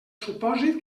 supòsit